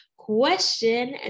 Question